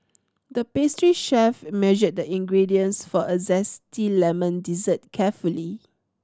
the pastry chef measured the ingredients for a zesty lemon dessert carefully